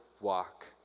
walk